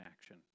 action